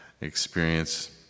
experience